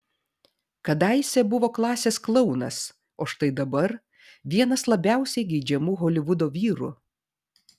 kadaise buvo klasės klounas o štai dabar vienas labiausiai geidžiamų holivudo vyrų